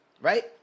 right